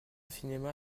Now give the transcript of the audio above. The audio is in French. cinéma